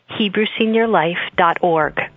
hebrewseniorlife.org